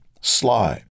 sly